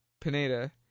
Pineda